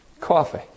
coffee